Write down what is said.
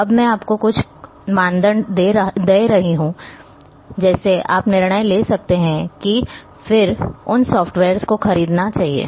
अब मैं आपको कुछ मानदंड दे रहा हूं जैसे आप निर्णय ले सकते हैं और फिर उन सॉफ्टवेयर्स को खरीदना चाहिए